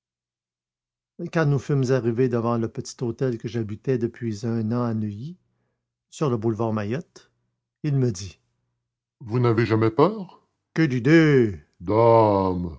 quand nous fûmes arrivés devant le petit hôtel que j'habitais depuis un an à neuilly sur le boulevard maillot il me dit vous n'avez jamais peur quelle idée